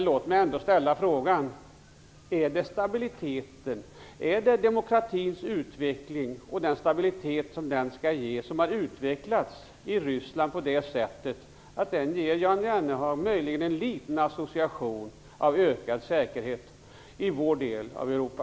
Låt mig ändå ställa en fråga: Är det demokratins utveckling och den stabilitet som den skall ge i Ryssland som har gett Jan Jennehag en association av ökad säkerhet i vår del av Europa?